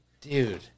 dude